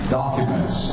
documents